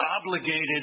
obligated